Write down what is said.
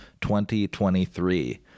2023